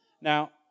Now